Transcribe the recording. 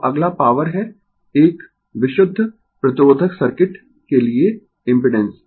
अब अगला पॉवर है एक विशुद्ध प्रतिरोधक सर्किट के लिए इम्पिडेंस